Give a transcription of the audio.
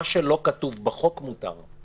מה שלא כתוב בחוק מותר.